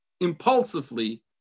impulsively